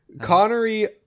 Connery